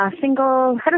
single